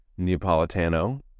Neapolitano